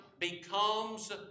becomes